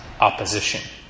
opposition